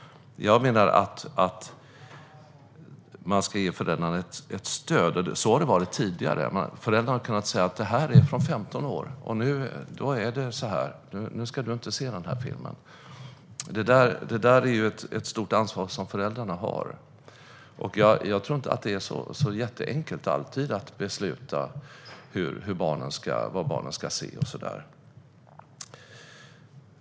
Jag menar att man ska ge föräldrarna ett stöd. Så har det varit tidigare - föräldrarna har kunnat säga att en film har femtonårsgräns och att barnet därför inte ska se filmen i fråga. Föräldrarna har ett stort ansvar, och jag tror inte att det alltid är så enkelt att besluta vad barnen ska se.